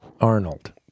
Arnold